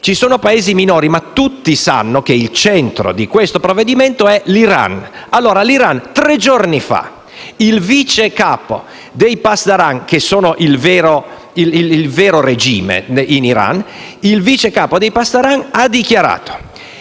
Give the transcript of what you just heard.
Ci sono Paesi minori, ma tutti sanno che il centro di questo provvedimento è l'Iran. Tre giorni fa il vice capo dei pasdaran, che sono il vero regime in Iran, ha dichiarato